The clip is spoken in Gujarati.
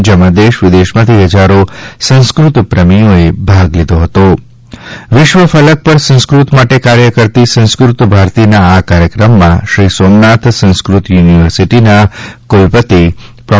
જેમાં દેશ વિદેશમાંથી હજારો સંસ્કૃત પ્રેમીઓએ ભાગ લીધો હતો વિશ્વ ફલક પર સંસ્કૃત માટે કાર્ય કરતી સંસ્કૃત ભારતીનાં આ કાર્યક્રમમાં શ્રી સોમનાથ સંસ્કૃત યુનિવર્સિટીનાં માનનીય ક્રલપતિશ્રી પ્રો